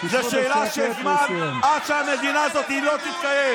זה שאלה של זמן עד שהמדינה הזאת לא תתקיים.